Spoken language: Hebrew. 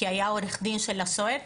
כי היה עורך דין של הסוהר.